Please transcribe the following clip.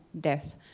death